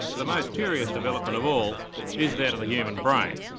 the most curious development of all is that of the human brain.